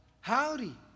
Howdy